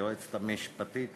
היועצת המשפטית